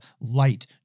light